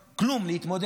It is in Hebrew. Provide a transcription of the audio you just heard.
כדי להתמודד,